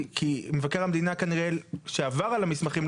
מבקר המדינה שעבר על המסמכים,